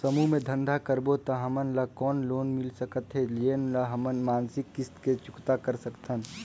समूह मे धंधा करबो त हमन ल कौन लोन मिल सकत हे, जेन ल हमन मासिक किस्त मे चुकता कर सकथन?